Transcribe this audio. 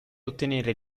ottenere